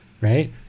right